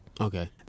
Okay